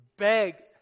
Beg